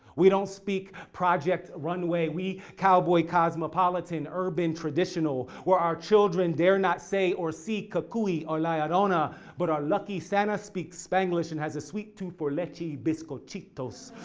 we don't speak project runway, we cowboy cosmopolitan, urban traditional. where our children dare not say or see cucuy or la llorona but our lucky santa speaks spanglish and has a sweet tooth for leche biscochitos.